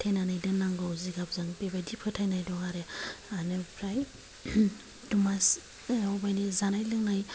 खाथेनानै दोन्नांगौ जिगाबजों बेबायदि फोथायनाय दं आरो आरो ओमफ्राय दमासि जानाय लोंनाय